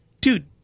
dude